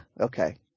Okay